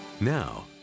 Now